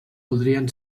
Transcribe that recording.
podrien